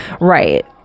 right